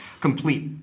complete